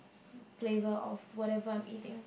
flavour of whatever I'm eating